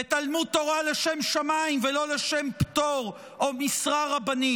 ותלמוד תורה לשם שמיים ולא לשם פטור או משרה רבנית.